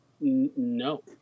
no